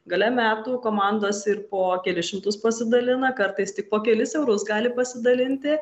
gale metų komandos ir po kelis šimtus pasidalina kartais tik po kelis eurus gali pasidalinti